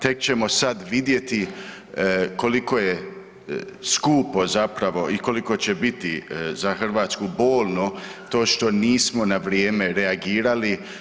Tek ćemo sad vidjeti koliko je skupo zapravo i koliko će biti za Hrvatsku bolno to što nismo na vrijeme reagirali.